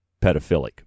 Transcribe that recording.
pedophilic